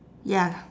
ya